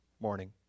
morning